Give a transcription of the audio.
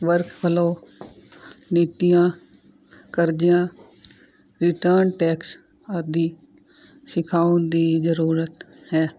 workflow ਨੀਤੀਆਂ ਕਰਜ਼ਿਆਂ return tax ਆਦਿ ਸਿਖਾਉਣ ਦੀ ਜ਼ਰੂਰਤ ਹੈ